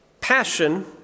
passion